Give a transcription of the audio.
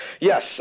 Yes